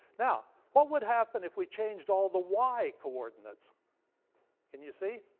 now, what would happen if we changed all the y coordinates can you see?